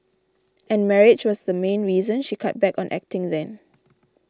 and marriage was the main reason she cut back on acting then